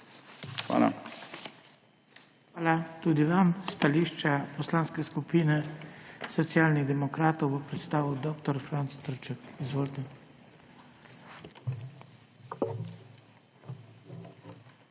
Hvala tudi vam. Stališča Poslanske skupine Socialnih demokratov bo predstavil dr. Franc Trček. Izvolite.